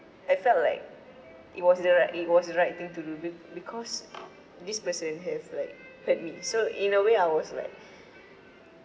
I felt like it was the right it was the right thing to do be~ because this person has like hurt me so in a way I was like